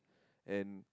and